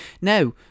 now